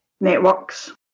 networks